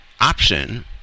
option